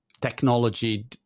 technology